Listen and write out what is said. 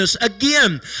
Again